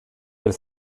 del